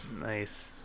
nice